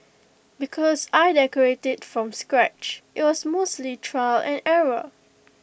because I decorated from scratch IT was mostly trial and error